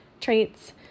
traits